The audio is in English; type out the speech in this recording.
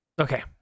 Okay